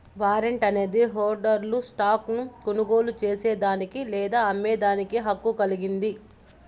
warrant అనేది హోల్డర్ను stock ను కొనుగోలు చేసేదానికి లేదా అమ్మేదానికి హక్కు కలిగింది